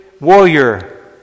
warrior